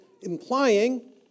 implying